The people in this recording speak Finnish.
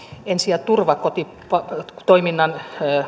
ensi ja turvakotitoiminnan